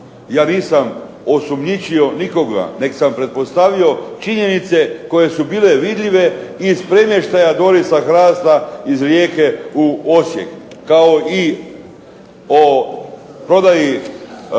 Ja nisam osumnjičio nikoga, nego sam pretpostavio činjenice koje su bile vidljive iz premještaja Dorisa Hrasta iz Rijeke u Osijek, kao i o prodaji